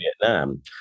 Vietnam